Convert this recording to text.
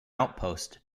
outpost